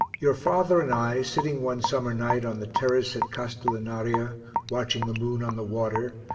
your father and i, sitting one summer night on the terrace at castellinaria watching the moon on the water,